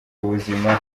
ubuzima